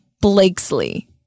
Blakesley